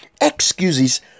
Excuses